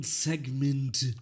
Segment